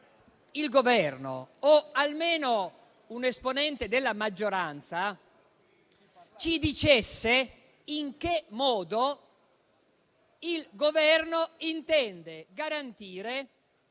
il Governo, o almeno un esponente della maggioranza, ci dicesse in che modo il Governo intende garantire